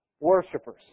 worshippers